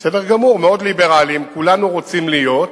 בסדר גמור, מאוד ליברליים, כולנו רוצים להיות,